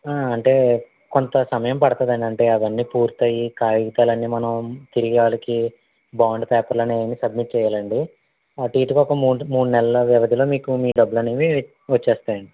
అంటే కొంత సమయం పడతదండి అంటే అవన్నీ పూర్తయి కాగితాలన్నీ మనం తిరిగి వాళ్ళకి బాండ్ పేపర్లని అవన్నీ సబ్మిట్ చేయాలండి అటు ఇటుగా ఒక మూడు మూడు నెలల వ్యవధిలో మీకు మీ డబ్బులనేవి వచేస్తాయండి